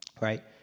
right